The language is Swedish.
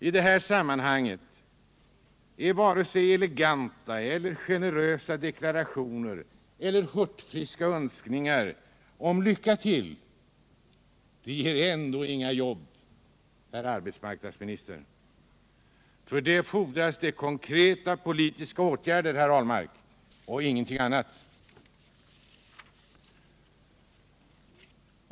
I det sammanhanget räcker varken eleganta eller generösa deklarationer eller hurtfriska önskningar om lycka till — de ger ändå inga jobb, herr arbetsmarknadsminister. För det fordras konkreta politiska åtgärder, herr Ahlmark, och ingenting annat.